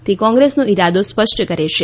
તે કોંગ્રેસનો ઈરાદો સ્પષ્ટ કરે છે